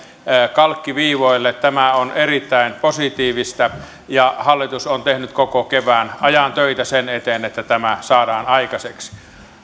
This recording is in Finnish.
kalkkiviivoille on erittäin positiivista ja hallitus on tehnyt koko kevään ajan töitä sen eteen että tämä saadaan aikaiseksi